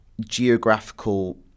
geographical